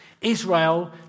Israel